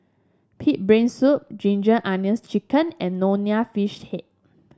pig brain soup Ginger Onions chicken and Nonya Fish Head